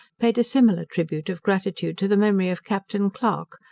paid a similar tribute of gratitude to the memory of captain clarke,